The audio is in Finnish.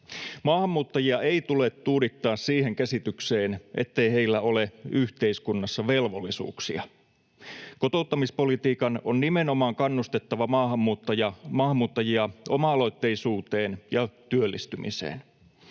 Maahanmuuttajia ei tule tuudittaa siihen käsitykseen, ettei heillä ole yhteiskunnassa velvollisuuksia. Kotouttamispolitiikan on nimenomaan kannustettava maahanmuuttajia oma-aloitteisuuteen ja työllistymiseen.